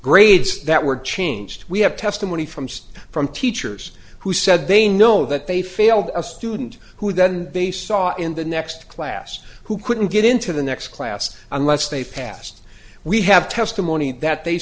grades that were changed we have testimony from just from teachers who said they know that they failed a student who then they saw in the next class who couldn't get into the next class unless they passed we have testimony that they